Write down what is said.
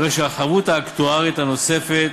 הרי שהחבות האקטוארית הנוספת